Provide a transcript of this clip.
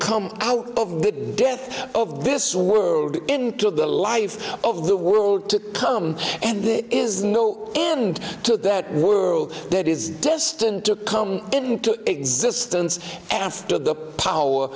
come out of the death of this world into the life of the world to come and there is no end to that world that is destined to come into existence after the power